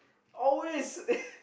always